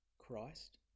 Christ